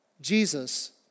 Jesus